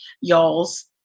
y'all's